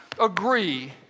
agree